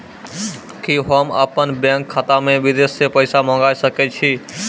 कि होम अपन बैंक खाता मे विदेश से पैसा मंगाय सकै छी?